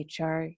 HR